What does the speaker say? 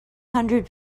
hundred